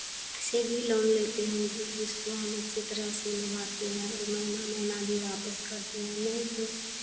से भी लोन लेते हैं जे जिसको हम अच्छी तरह से निभाते हैं और महीना महीना भी वापस करते हैं नहीं तो